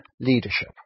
leadership